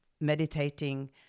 meditating